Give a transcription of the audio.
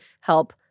help